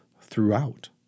throughout